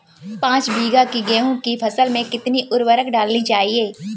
पाँच बीघा की गेहूँ की फसल में कितनी उर्वरक डालनी चाहिए?